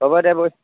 হ'ব দে বৈ